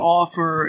offer